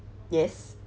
yes